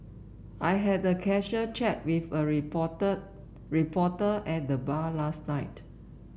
I had a casual chat with a reporter reporter at the bar last night